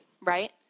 right